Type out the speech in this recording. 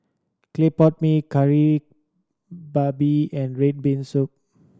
clay pot mee Kari Babi and red bean soup